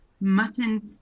mutton